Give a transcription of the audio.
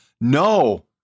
no